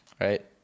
right